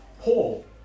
Paul